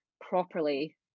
properly